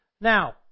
Now